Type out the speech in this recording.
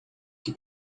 que